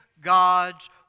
God's